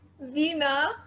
Vina